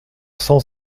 cent